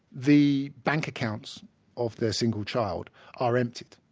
the bank accounts of the single child are emptied.